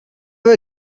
were